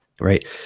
Right